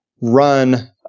run